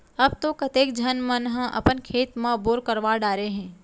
अब तो कतेक झन मन ह अपन खेत म बोर करवा डारे हें